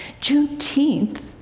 Juneteenth